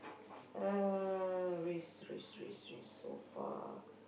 uh risk risk risk risk so far